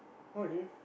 okay